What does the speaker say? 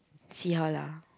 see how lah